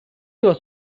was